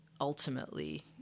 ultimately